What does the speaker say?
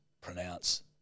pronounce